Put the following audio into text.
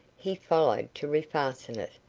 he followed to refasten it,